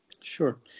sure